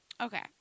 Okay